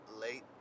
late